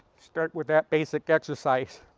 start with that basic exercise.